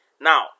Now